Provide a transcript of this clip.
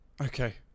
Okay